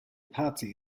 party